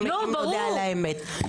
אם נודה על האמת.